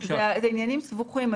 אלה עניינים סבוכים,